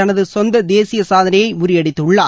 தனது சொந்த தேசிய சாதனையை முறியடித்துள்ளார்